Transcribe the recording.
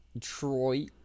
Troy